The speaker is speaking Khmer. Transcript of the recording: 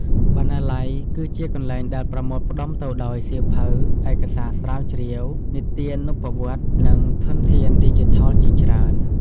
បណ្ណាល័យគឺជាកន្លែងដែលប្រមូលផ្តុំទៅដោយ សៀវភៅ ឯកសារស្រាវជ្រាវ ទិនានុប្បវត្តិ និងធនធានឌីជីថល ជាច្រើន។